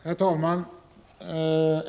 Herr talman!